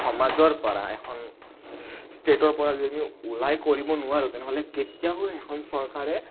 সমাজৰ পৰা এখন ষ্টেটৰ পৰা যদি আমি ওলাই কৰিব নোৱাৰো তেনেহ'লে কেতিয়াও এখন চৰকাৰে